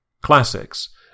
Classics